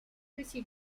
tõsi